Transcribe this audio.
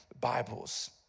Bibles